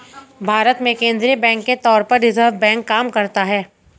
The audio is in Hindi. भारत में केंद्रीय बैंक के तौर पर रिज़र्व बैंक काम करता है